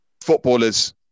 footballers